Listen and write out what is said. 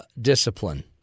discipline